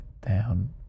down